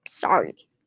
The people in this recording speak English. Sorry